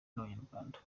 n’abanyarwanda